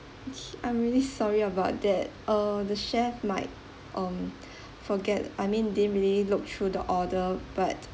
okay I'm really sorry about that uh the chef might um forget I mean didn't really look through the order but